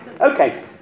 Okay